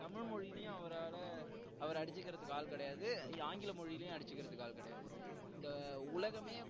தமிழ் மொழியிலயும் அவரால் அவரை அடிச்சுக்கிறதுக்கு ஆள் கிடையாது ஆங்கில மொழியிலயும் அடிச்சுக்கிறதுக்கும் ஆள் கிடையாது இந்த உலகம்